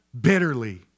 bitterly